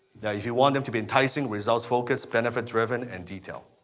yeah if you want them to be enticing, results focused, benefit driven and detailed.